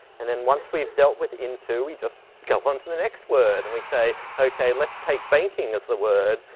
and then once we've dealt with into, we just go onto the next word and we say, okay, let's take banking as the word.